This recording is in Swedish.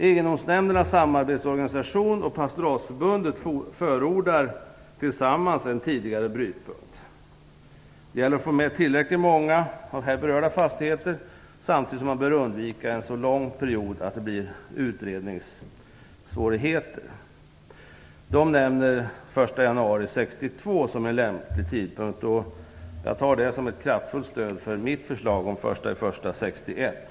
Egendomsnämndernas samarbetsorganisation och pastoratsförbundet förordar tillsammans en tidigare brytpunkt. Det gäller att få med tillräckligt många av de berörda fastigheterna samtidigt som man bör undvika en så lång period att man får utredningssvårigheter. Den 1 januari 1962 nämns som en lämplig tidpunkt. Jag tar det som ett kraftfullt stöd för mitt förslag om den 1 janauri 1961.